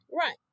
Right